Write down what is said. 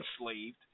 enslaved